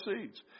seeds